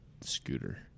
scooter